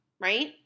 right